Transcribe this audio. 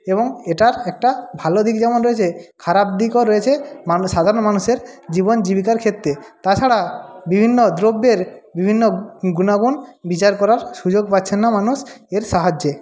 এবং এটার একটা ভালো দিক যেমন রয়েছে খারাপ দিকও রয়েছে মানুষ সাধারণ মানুষের জীবন জীবিকার ক্ষেত্রে তাছাড়া বিভিন্ন দ্রব্যের বিভিন্ন গুণাগুণ বিচার করার সুযোগ পাচ্ছেন না মানুষ এর সাহায্যে